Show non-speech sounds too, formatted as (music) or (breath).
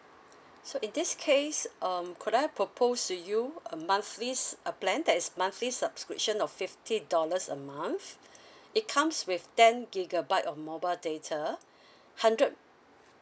(breath) so in this case um could I propose to you a monthly s~ uh plan that is monthly subscription of fifty dollars a month (breath) it comes with ten gigabyte of mobile data (breath) hundred